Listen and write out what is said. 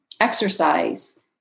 exercise